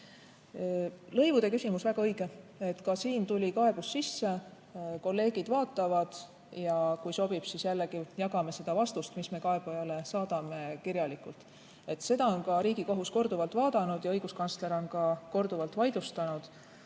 Lõivude küsimus – väga õige. Ka siin tuli kaebus sisse, kolleegid vaatavad ja kui sobib, siis jällegi jagame seda vastust, mis me kaebajale saadame kirjalikult. Seda on ka Riigikohus korduvalt vaadanud ja õiguskantsler on ka korduvalt vaidlustanud,